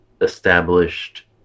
established